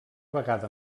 vegada